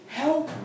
help